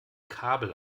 kabel